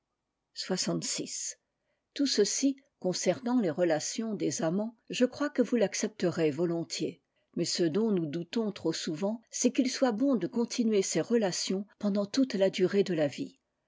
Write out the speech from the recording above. tout ceci concernant les relationsdesamants je crois que vous l'accepterez volontiers mais ce dont nous doutons trop souvent c'est qu'il soit bon de continuer ces relations pendant toute la durée de la vie